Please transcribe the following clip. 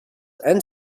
and